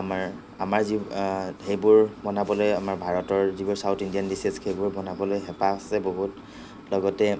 আমাৰ আমাৰ যিবোৰ সেইবোৰ বনাবলৈ আমাৰ ভাৰতৰ যিবোৰ চাউথ ইণ্ডিয়ান ডিচেচ সেইবোৰ বনাবলৈ হেঁপাহ আছে বহুত লগতে